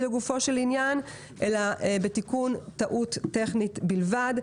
לגופו של עניין אלא בתיקון טעות טכנית בלבד.